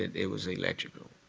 it was electrical.